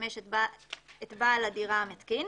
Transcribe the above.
המשמש את בעל המתקין